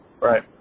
Right